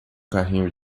carrinho